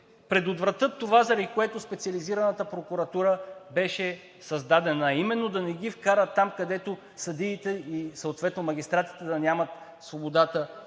предотвратят това, заради което Специализираната прокуратура беше създадена, а именно да не ги вкара там, където съдиите и съответно магистратите да нямат свободата